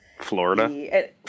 Florida